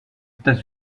états